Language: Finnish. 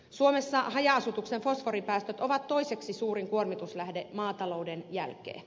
suomessa haja asutuksen fosforipäästöt ovat toiseksi suurin kuormituslähde maatalouden jälkeen